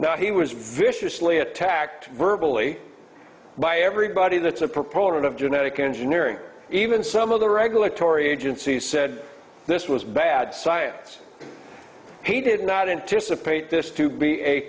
now he was viciously attacked virtually by everybody that's a proponent of genetic engineering even some of the regulatory agencies said this was bad science he did not anticipate this to be a